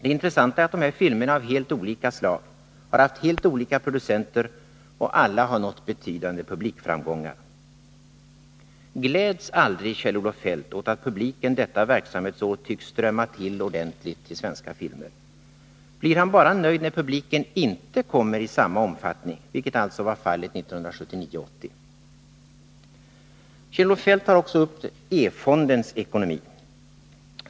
Det intressanta är att de här filmerna är av helt olika slag, har haft helt olika producenter och har alla nått betydande publikframgångar. Gläds aldrig Kjell-Olof Feldt åt att publiken detta verksamhetsår tycks ha strömmat till ordentligt till svenska filmer? Blir han bara nöjd när publiken inte kommer i samma omfattning, vilket alltså var fallet 1979/80? Kjell-Olof Feldt tar också upp E-fondens ekonomi.